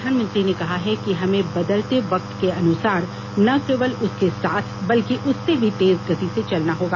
प्रधानमंत्री ने कहा है कि हमें बदलते वक्त के अनुसार न केवल उसके साथ बल्कि उससे भी तेज गति से चलना होगा